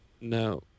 no